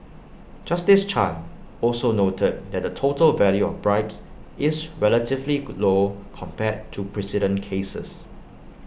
justice chan also noted that the total value of bribes is relatively glow compared to precedent cases